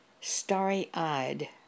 starry-eyed